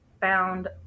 found